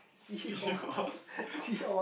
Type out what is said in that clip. seahorse